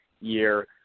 year